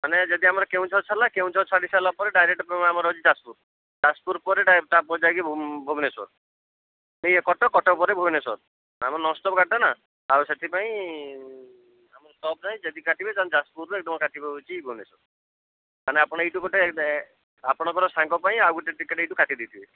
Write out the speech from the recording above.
ମାନେ ଯଦି ଆମର କେଉଁଝର ଛାଡ଼ିଲା କେଉଁଝର ଛାଡ଼ି ସାରିଲା ପରେ ଡାଇରେକ୍ଟ ଆମର ଅଛି ଯାଜପୁର ଯାଜପୁର ପରେ ତା'ପରେ ଯାଇକି ଭୁବନେଶ୍ୱର ଏଇ କଟକ କଟକ ପରେ ଭୁବନେଶ୍ୱର ଆମର ନନ୍ଷ୍ଟପ୍ ଗାଡ଼ିଟା ନା ଆଉ ସେଥିପାଇଁ ଆମର ଷ୍ଟପ୍ ନାହିଁ ଯଦି କାଟିବେ ତାହେଲେ ଯାଜପୁରରୁ ଏକଦମ୍ କାଟିବେ ହଉଚି ଭୁବନେଶ୍ୱର ତାହେଲେ ଆପଣ ଏଇଠୁ ଗୋଟେ ଆପଣଙ୍କର ସାଙ୍ଗ ପାଇଁ ଆଉ ଗୋଟେ ଟିକେଟ୍ ଏଠୁ କାଟି ଦେଇଥିବେ